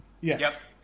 Yes